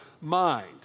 mind